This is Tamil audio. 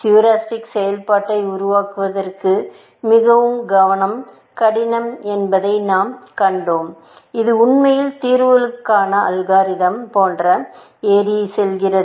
ஹீரிஸ்டிக் செயல்பாட்டை உருவாக்குவது மிகவும் கடினம் என்பதை நாம் கண்டோம் இது உண்மையில் தீர்வுகளுக்கான அல்காரிதம்ஸ் போன்ற ஏறி செல்கிறது